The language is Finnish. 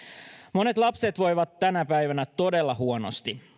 monet lapset voivat tänä päivänä todella huonosti